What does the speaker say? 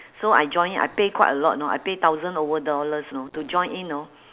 so I join in I pay quite a lot you know I pay thousand over dollars you know to join in you know